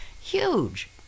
huge